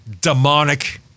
demonic